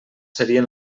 serien